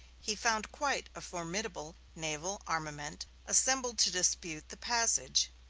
he found quite a formidable naval armament assembled to dispute the passage.